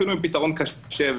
אפילו אם פתרון קשה,